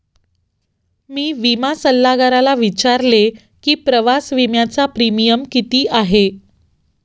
मी विमा सल्लागाराला विचारले की प्रवास विम्याचा प्रीमियम किती आहे?